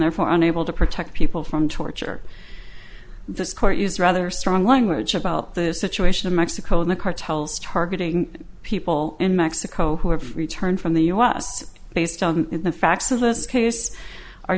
therefore unable to protect people from torture this court used rather strong language about the situation in mexico and the cartels targeting people in mexico who have returned from the u s based on the